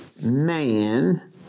man